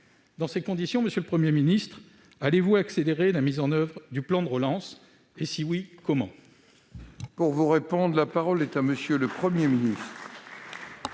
Dans ces conditions, monsieur le Premier ministre, allez-vous accélérer la mise en oeuvre du plan de relance, et si oui, comment ? La parole est à M. le Premier ministre.